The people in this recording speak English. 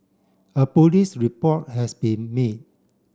a police report has been made